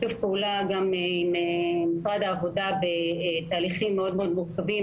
לשיתוף פעולה גם עם משרד העבודה בתהליכים מאוד-מאוד מורכבים,